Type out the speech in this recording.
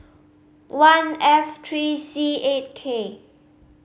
one F three C eight K